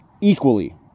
equally